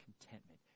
contentment